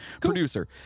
Producer